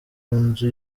nzu